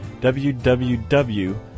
www